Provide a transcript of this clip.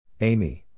Amy